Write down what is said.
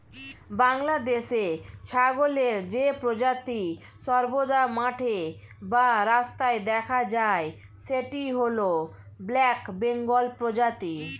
বাংলাদেশে ছাগলের যে প্রজাতি সর্বদা মাঠে বা রাস্তায় দেখা যায় সেটি হল ব্ল্যাক বেঙ্গল প্রজাতি